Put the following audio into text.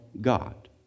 God